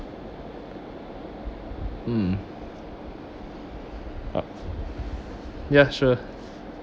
mm ya sure